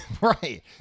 Right